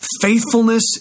faithfulness